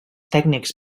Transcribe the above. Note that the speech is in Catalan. tècnics